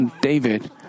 David